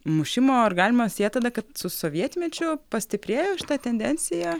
mušimo ar galima siet tada kad su sovietmečiu pastiprėjo šita tendencija